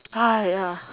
ah ya